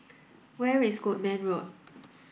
where is Goodman Road